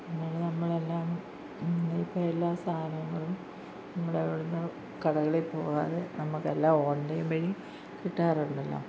പിന്നീട് നമ്മളെല്ലാം ഇപ്പം എല്ലാ സാധനങ്ങളും നമ്മൾ ഇവിടുന്ന് കടകളിൽ പോവാതെ നമുക്ക് എല്ലാം ഓൺലൈൻ വഴി കിട്ടാറുണ്ടല്ലോ